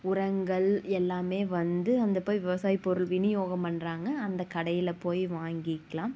உரங்கள் எல்லாம் வந்து அந்த போய் விவசாயப் பொருள் விநியோகம் பண்ணுறாங்க அந்த கடையில் போய் வாங்கிக்கலாம்